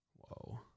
Whoa